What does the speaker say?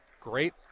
Great